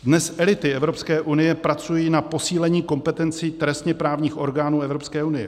Dnes elity Evropské unie pracují na posílení kompetencí trestněprávních orgánů Evropské unie.